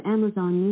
Amazon